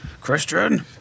Christian